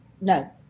no